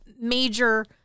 major